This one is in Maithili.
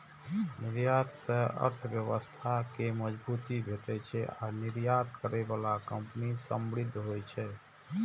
निर्यात सं अर्थव्यवस्था कें मजबूती भेटै छै आ निर्यात करै बला कंपनी समृद्ध होइ छै